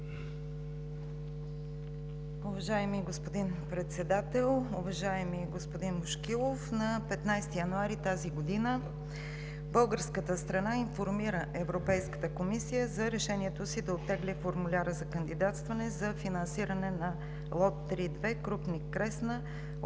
Уважаеми господин Председател, уважаеми господин Бошкилов! На 15 януари тази година българската страна информира Европейската комисия за решението си да оттегли формуляра за кандидатстване за финансиране на лот 3 – 2 „Крупник – Кресна“